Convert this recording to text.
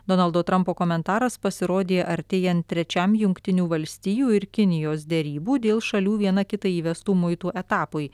donaldo trampo komentaras pasirodė artėjant trečiam jungtinių valstijų ir kinijos derybų dėl šalių viena kitai įvestų muitų etapui